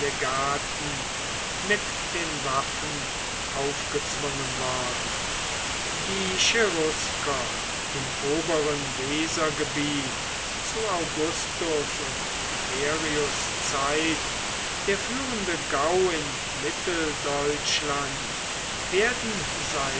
legaten mit den waffen aufgezwungen worden die cherusker im oberen wesergebiet zu augustus und tiberius zeit der führende gau in mitteldeutschland werden